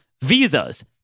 visas